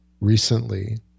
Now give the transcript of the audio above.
recently